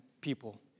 people